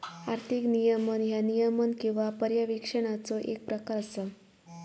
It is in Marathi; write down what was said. आर्थिक नियमन ह्या नियमन किंवा पर्यवेक्षणाचो येक प्रकार असा